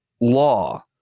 law